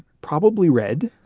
probably red,